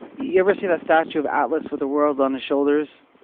you ever see that statue of atlas with the world on his shoulders?